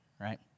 right